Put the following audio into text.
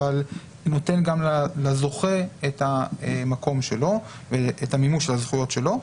אבל נותן גם לזוכה את המקום שלו ואת המימוש של הזכויות שלו,